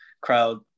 crowd